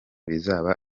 bizaba